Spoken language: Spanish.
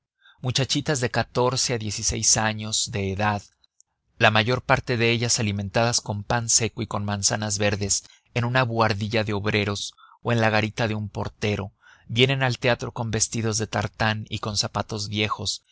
muchachitas de catorce a diez y seis años de edad la mayor parte de ellas alimentadas con pan seco y con manzanas verdes en una buhardilla de obreros o en la garita de un portero vienen al teatro con vestidos de tartán y con zapatos viejos